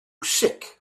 sick